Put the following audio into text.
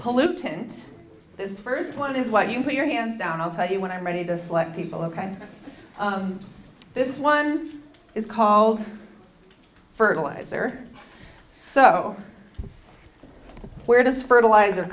pollutants this first one is what you put your hands down i'll tell you when i'm ready to select people ok this one is called fertilizer so where does fertilizer